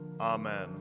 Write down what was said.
Amen